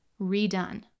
redone